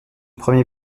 premier